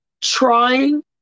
trying